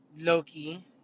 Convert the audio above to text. Loki